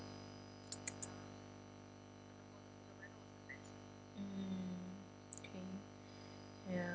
mm okay ya